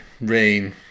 rain